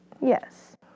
Yes